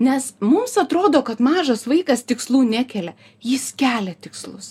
nes mums atrodo kad mažas vaikas tikslų nekelia jis kelia tikslus